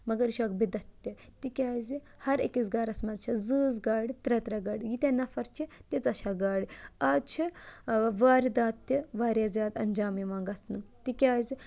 مگر یہِ چھےٚ اَکھ بِدَتھ تہِ تِکیٛازِ ہَرٕ أکِس گَرَس منٛز چھِ زۭز گاڑِ ترٛےٚ ترٛےٚ گاڑِ ییٖتیٛاہ نَفر چھِ تیٖژاہ چھےٚ گاڑِ آز چھِ وٲرِدات تہِ واریاہ زیادٕ اَنجام یِوان گژھنہٕ تِکیٛازِ